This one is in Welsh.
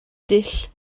dull